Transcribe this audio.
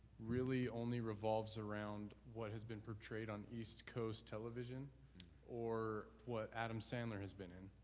really only revolves around what has been portrayed on east coast television or what adam sandler has been in.